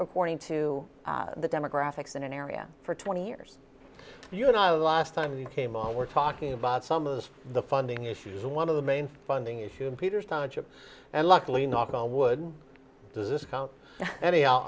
according to the demographics in an area for twenty years you and i last time he came on we're talking about some of the funding issues and one of the main funding issue in peter's township and luckily knock on wood discount any